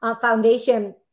foundation